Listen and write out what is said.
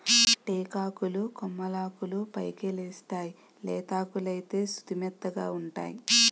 టేకాకులు కొమ్మలాకులు పైకెలేస్తేయ్ లేతాకులైతే సుతిమెత్తగావుంటై